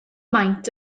maint